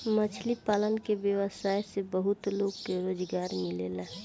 मछली पालन के व्यवसाय से बहुत लोग के रोजगार मिलेला